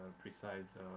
precise